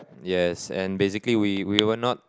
yes and basically we we were not